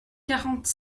quarante